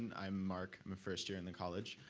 and i'm mark, i'm a first year in the college.